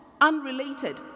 unrelated